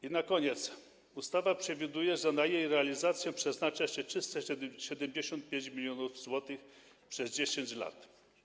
I na koniec: ustawa przewiduje, że na jej realizację przeznacza się 375 mln zł przez 10 lat.